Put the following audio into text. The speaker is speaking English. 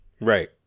Right